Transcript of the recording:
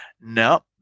no